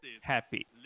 Happy